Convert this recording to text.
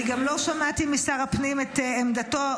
אני גם לא שמעתי משר הפנים את עמדתו,